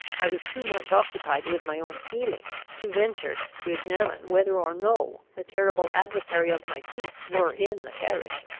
i was too much occupied with my own feelings, to venture to examine whether or no the terrible adversary of my peace were in the carriage.